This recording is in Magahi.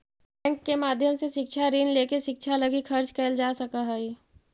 बैंक के माध्यम से शिक्षा ऋण लेके शिक्षा लगी खर्च कैल जा सकऽ हई